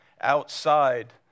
outside